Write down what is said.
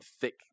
thick